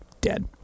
dead